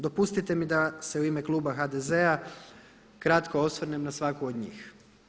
Dopustite mi da se u ime kluba HDZ-a kratko osvrnem na svaku od njih.